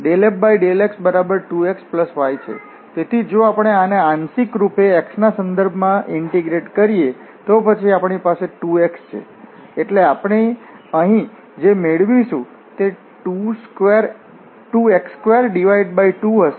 તેથી જો આપણે આને આંશિકરૂપે x ના સંદર્ભમાં ઇન્ટીગ્રેટ કરીએ તો પછી આપણી પાસે 2 x છે એટલે આપણે અહીં જે મેળવીશું તે 2x22 હશે